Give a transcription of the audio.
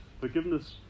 Forgiveness